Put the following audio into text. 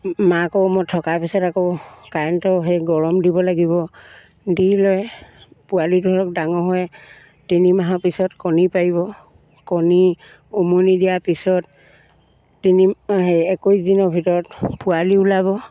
মাকৰ উমত থকাৰ পিছত আকৌ কাৰেণ্টৰ সেই গৰম দিব লাগিব দি লৈ পোৱালি ধৰক ডাঙৰ হৈ তিনিমাহৰ পিছত কণী পাৰিব কণী উমনি দিয়াৰ পিছত তিনি সেই একৈছ দিনৰ ভিতৰত পোৱালি ওলাব